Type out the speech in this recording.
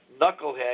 knucklehead